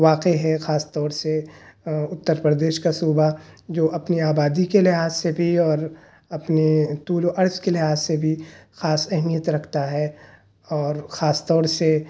واقع ہے خاص طور سے اترپردیش کا صوبہ جو اپنی آبادی کے لحاظ سے بھی اور اپنی طول و عرض کے لحاظ سے بھی خاص اہمیت رکھتا ہے اور خاص طور سے